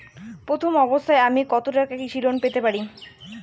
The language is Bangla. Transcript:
প্রথম অবস্থায় আমি কত টাকা কৃষি লোন পেতে পারি?